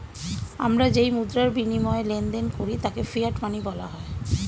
আমরা যেই মুদ্রার বিনিময়ে লেনদেন করি তাকে ফিয়াট মানি বলা হয়